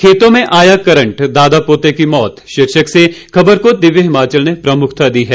खेतों में आया करंट दादा पोते की मौत शीर्षक से खबर को दिव्य हिमाचल ने प्रमुखता दी है